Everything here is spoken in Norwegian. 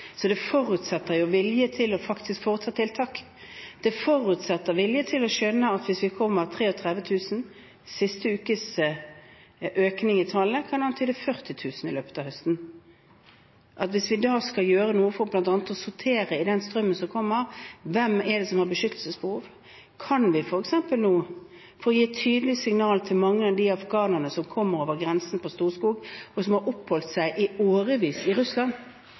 Det forutsetter vilje til faktisk å foreta tiltak. Det forutsetter vilje til å skjønne at hvis det kommer 33 000 – siste ukes økning i tallet kan antyde 40 000 i løpet av høsten – og vi da skal gjøre noe for bl.a. å sortere i den strømmen som kommer, hvem det er som har beskyttelsesbehov, kan vi f.eks. nå få gitt tydelige signaler til mange av de afghanerne som kommer over grensen på Storskog, og som har oppholdt seg i årevis i Russland,